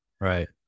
Right